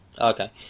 okay